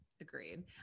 Agreed